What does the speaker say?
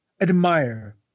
admire